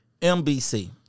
MBC